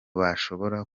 bashobora